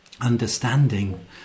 understanding